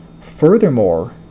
furthermore